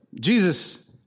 Jesus